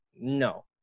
No